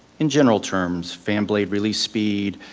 in general terms, fan blade release speed,